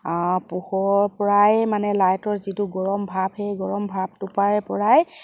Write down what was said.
পোহৰ পৰাই মানে লাইটৰ যিটো গৰম ভাপ সেই গৰম ভাপটো পাই পৰাই